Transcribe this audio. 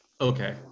Okay